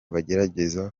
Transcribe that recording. bagerageza